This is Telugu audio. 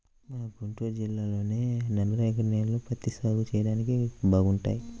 మన గుంటూరు జిల్లాలోని నల్లరేగడి నేలలు పత్తి సాగు చెయ్యడానికి బాగుంటాయి